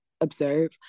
observe